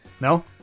No